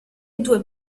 due